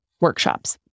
workshops